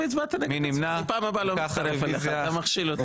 אני בפעם הבאה לא מצטרף אליך, אתה מכשיל אותי.